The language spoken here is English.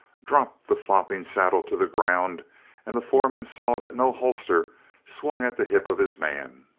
dropped the flopping saddle to the ground and the foreman saw that no holster swung at the hip of his man.